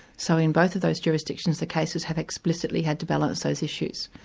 so in both of those jurisdictions the cases have explicitly had to balance those issues.